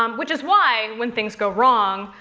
um which is why, when things go wrong,